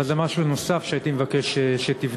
אבל זה משהו נוסף שהייתי מבקש שתבדוק.